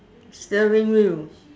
steering wheel